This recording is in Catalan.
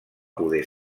poder